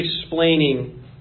explaining